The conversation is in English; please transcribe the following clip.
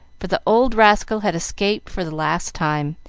for the old rascal had escaped for the last time,